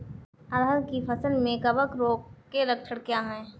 अरहर की फसल में कवक रोग के लक्षण क्या है?